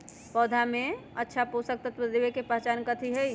पौधा में अच्छा पोषक तत्व देवे के पहचान कथी हई?